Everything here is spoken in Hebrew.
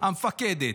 המפקדת,